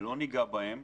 לא ניגע בהם